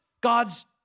God's